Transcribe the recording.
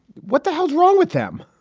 what the hell's wrong with them?